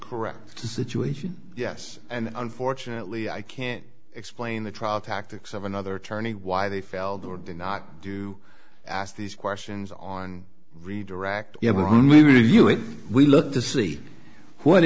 correct situation yes and unfortunately i can't explain the trial tactics of another attorney why they failed or did not do ask these questions on redirect we look to see what